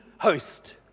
host